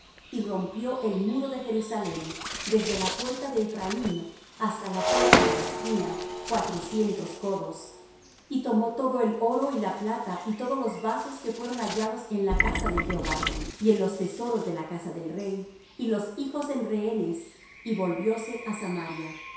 y rompió el muro de jerusalem desde la puerta de ephraim hasta la puerta de la esquina cuatrocientos codos y tomó todo el oro y la plata y todos los vasos que fueron hallados en la casa de jehová y en los tesoros de la casa del rey y los hijos en rehenes y volvióse á samaria